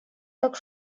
так